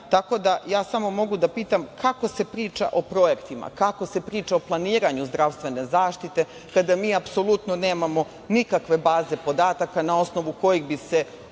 dinara. Ja samo mogu da pitam – kako se priča o projektima, kako se priča o planiranju zdravstvene zaštite kada mi apsolutno nemamo nikakve baze podataka na osnovu kojih bi se